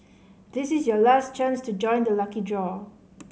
this is your last chance to join the lucky draw